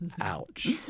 ouch